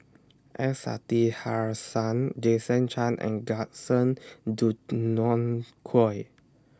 S Sasitharan Jason Chan and Gaston Dutronquoy